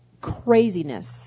craziness